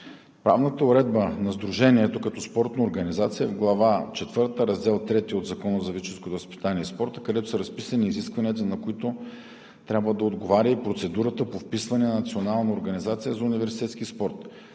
Правната уредба на сдружението като спортна организация е в Глава четвърта, Раздел трети от Закона за физическото възпитание и спорта, където са разписани изискванията, на които трябва да отговаря и процедурата по вписване на Национална организация за университетски спорт.